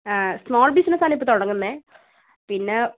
ആ സ്മോൾ ബിസിനസ്സാണല്ലേ ഇപ്പോൾ തുടങ്ങുന്നത് പിന്നെ